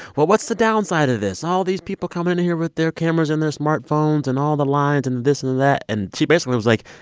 well, what's the downside of this? all these people coming in here with their cameras and their smartphones and all the lines and this and that. and she basically was like,